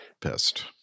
pissed